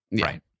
right